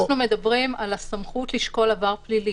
אנחנו מדברים על הסמכות לשקול עבר פלילי,